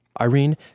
Irene